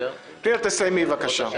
פנינה, תסיימי, בבקשה.